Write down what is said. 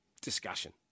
discussion